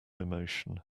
emotion